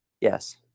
yes